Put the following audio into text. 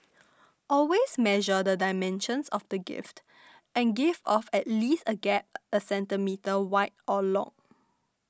always measure the dimensions of the gift and give off at least a gap a centimetre wide or long